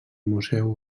museu